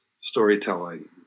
storytelling